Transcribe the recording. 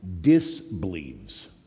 disbelieves